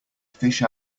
fish